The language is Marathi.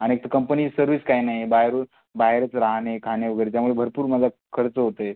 आणि एक तर कंपनी सर्विस काही नाही बाहेर बाहेरंच राहाणे खाणे वगैरे त्यामुळे भरपूर माझा खर्च होतंय